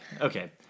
okay